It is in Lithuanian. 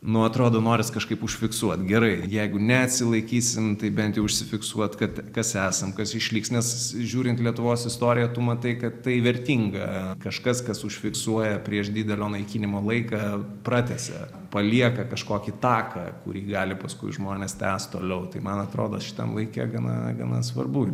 nu atrodo norisi kažkaip užfiksuot gerai jeigu neatsilaikysim tai bent jau užsifiksuot kad kas esam kas išliks nes žiūrint lietuvos istoriją tu matai kad tai vertinga kažkas kas užfiksuoja prieš didelio naikinimo laiką pratęsia palieka kažkokį taką kurį gali paskui žmonės tęst toliau tai man atrodo šitam laike gana gana svarbu